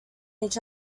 each